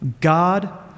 God